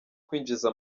kwinjiza